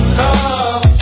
love